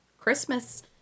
Christmas